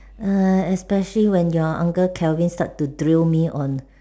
err especially when your uncle Kelvin start to drill me on